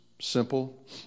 simple